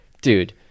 dude